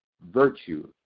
virtue